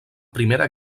primera